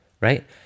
right